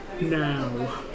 now